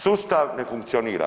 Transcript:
Sustav ne funkcionira.